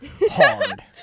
hard